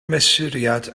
mesuriad